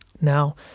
Now